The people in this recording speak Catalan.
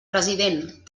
president